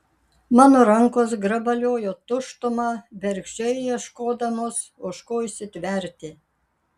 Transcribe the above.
mano rankos grabaliojo tuštumą bergždžiai ieškodamos už ko įsitverti